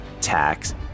tax